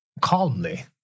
calmly